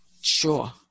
sure